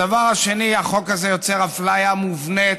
הדבר השני, החוק הזה יוצר אפליה מובנית